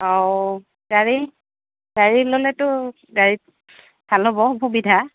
অঁ গাড়ী গাড়ী ল'লেতো গাড়ীত ভাল হ'ব সুবিধা